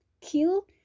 kill